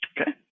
Okay